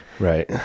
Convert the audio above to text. Right